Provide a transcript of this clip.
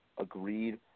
Agreed